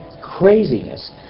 craziness